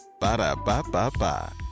Ba-da-ba-ba-ba